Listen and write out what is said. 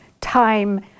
time